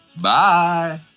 Bye